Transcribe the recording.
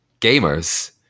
gamers